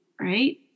right